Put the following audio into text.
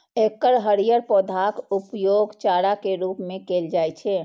एकर हरियर पौधाक उपयोग चारा के रूप मे कैल जाइ छै